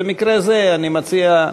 ובמקרה זה אני מציע,